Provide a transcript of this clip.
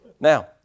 Now